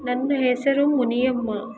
ನನ್ನ ಹೆಸರು ಮುನಿಯಮ್ಮ